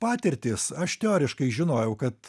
patirtys aš teoriškai žinojau kad